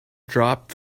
dropped